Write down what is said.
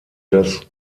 das